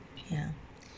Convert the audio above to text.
ya